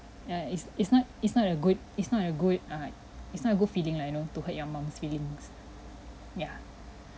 uh it's it's not it's not a good it's not a good uh it's not a good feeling lah you know to hurt your mum's feelings yeah